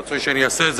רצוי שאני אעשה את זה,